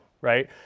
right